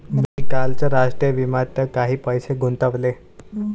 मी कालच राष्ट्रीय विम्यात काही पैसे गुंतवले